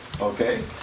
Okay